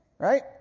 Right